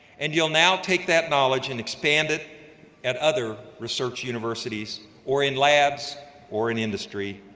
and you'll now take that knowledge and expand it at other research universities or in labs or in industry,